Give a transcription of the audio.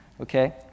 okay